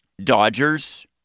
Dodgers